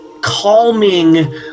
calming